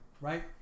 right